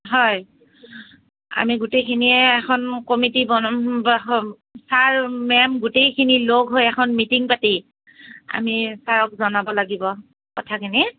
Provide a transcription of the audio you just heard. হয় আমি গোটেইখিনিয়ে এখন কমিটী বনাম চাৰ মেম গোটেইখিনি লগ হৈ এখন মিটিং পাতি আমি চাৰক জনাব লাগিব কথাখিনি